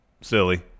silly